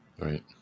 Right